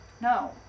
No